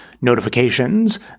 notifications